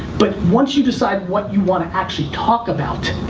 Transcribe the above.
but once you decide what you want to actually talk about,